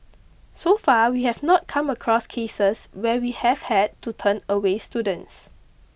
so far we have not come across cases where we have had to turn away students